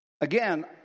Again